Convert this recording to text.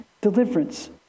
deliverance